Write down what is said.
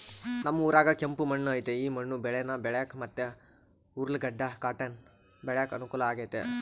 ನಮ್ ಊರಾಗ ಕೆಂಪು ಮಣ್ಣು ಐತೆ ಈ ಮಣ್ಣು ಬೇಳೇನ ಬೆಳ್ಯಾಕ ಮತ್ತೆ ಉರ್ಲುಗಡ್ಡ ಕಾಟನ್ ಬೆಳ್ಯಾಕ ಅನುಕೂಲ ಆಗೆತೆ